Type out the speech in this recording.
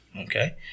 Okay